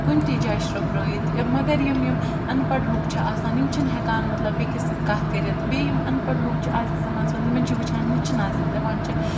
کُنہِ تہِ جاے شرٛوپرٲیِتھ مگر یِم یِم اَن پَڑھ لُکھ چھِ آسان یِم چھِنہٕ ہٮ۪کان مطلب بیٚکِس سۭتۍ کَتھ کٔرِتھ بیٚیہِ یِم اَن پَڑھ لُکھ چھِ اَزکِس زمانَس منٛز یِمَن چھِ وٕچھان نِچہِ نظرِ دَپان چھِ